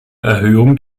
erhöhung